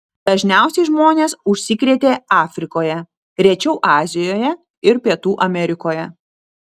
dažniausiai žmonės užsikrėtė afrikoje rečiau azijoje ir pietų amerikoje